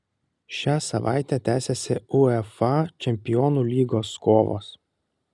šią savaitę tęsiasi uefa čempionų lygos kovos